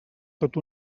tot